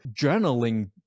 journaling